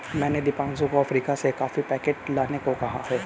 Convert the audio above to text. मैंने दीपांशु को अफ्रीका से कॉफी पैकेट लाने को कहा है